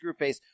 Screwface